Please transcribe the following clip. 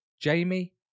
Jamie